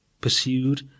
pursued